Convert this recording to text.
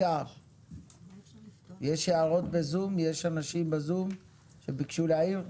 יש אנשים בזום שביקשו להעיר?